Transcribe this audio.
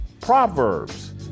Proverbs